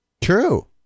True